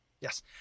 Yes